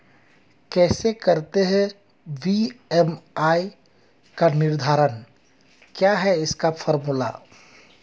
कैसे करते हैं बी.एम.आई का निर्धारण क्या है इसका फॉर्मूला?